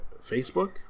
Facebook